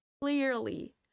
clearly